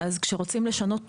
שכשרוצים למנוע אלימות,